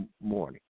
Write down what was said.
morning